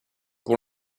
pour